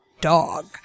dog